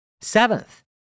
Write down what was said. Seventh